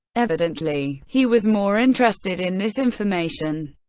evidently, he was more interested in this information.